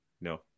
No